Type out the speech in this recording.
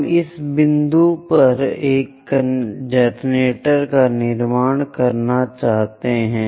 हम इस बिंदु पर एक जनरेटर का निर्माण करना चाहते हैं